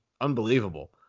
unbelievable